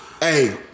Hey